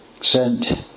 sent